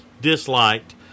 disliked